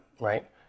right